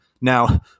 Now